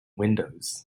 windows